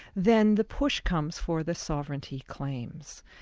then the push comes for the sovereignty claims.